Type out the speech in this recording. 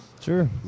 Sure